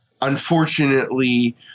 unfortunately